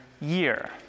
year